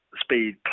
speed